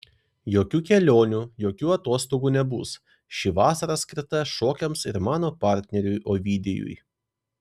jokių kelionių jokių atostogų nebus ši vasara skirta šokiams ir mano partneriui ovidijui